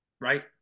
right